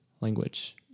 language